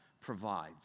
provides